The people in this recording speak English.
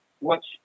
watch